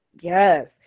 Yes